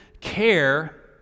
care